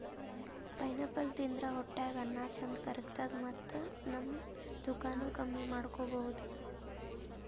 pineapple ತಿಂದ್ರ್ ಹೊಟ್ಟ್ಯಾಗ್ ಅನ್ನಾ ಚಂದ್ ಕರ್ಗತದ್ ಮತ್ತ್ ನಮ್ ತೂಕಾನೂ ಕಮ್ಮಿ ಮಾಡ್ಕೊಬಹುದ್